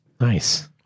Nice